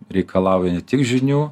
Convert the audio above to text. reikalauja ne tik žinių